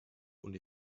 und